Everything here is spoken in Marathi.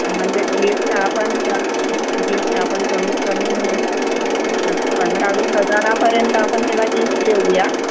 म्हणजे गिफ्ट आपण गिफ्ट आपण कमीत कमी पंधरा वीस हजारापर्यंत आपण तिला गिफ्ट देऊया